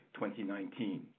2019